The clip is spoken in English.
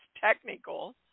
technical